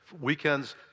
weekends